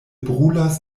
brulas